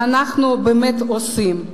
ואנחנו באמת עושים.